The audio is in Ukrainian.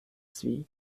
свій